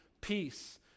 peace